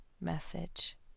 message